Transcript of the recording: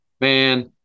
man